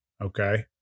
okay